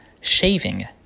Shaving